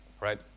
right